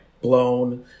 blown